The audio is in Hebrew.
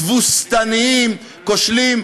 תבוסתניים, כושלים.